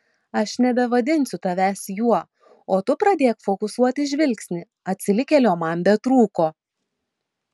aš nebevadinsiu tavęs juo o tu pradėk fokusuoti žvilgsnį atsilikėlio man betrūko